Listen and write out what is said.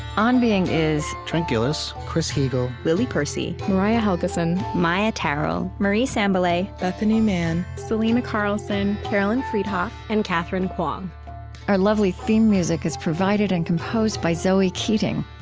on being is trent gilliss, chris heagle, lily percy, mariah helgeson, maia tarrell, marie sambilay, bethanie mann, selena carlson, carolyn friedhoff, and katherine kwong our lovely theme music is provided and composed by zoe keating.